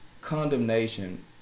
condemnation